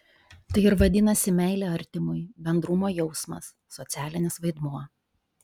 tai ir vadinasi meilė artimui bendrumo jausmas socialinis vaidmuo